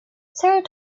sarah